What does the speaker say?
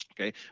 Okay